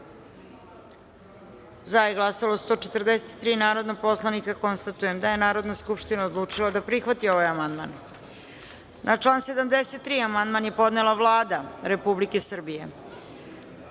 za je glasalo 142 narodna poslanika. Konstatujem da je Narodna skupština odlučila da prihvati ovaj amandman. Na član 21. amandman je podnela Narodna banka Srbije. Vlada